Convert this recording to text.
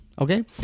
okay